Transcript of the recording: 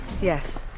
Yes